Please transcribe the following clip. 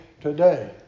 today